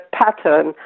pattern